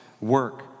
work